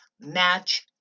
match